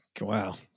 Wow